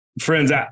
friends